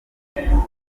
ishyirwaho